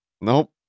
nope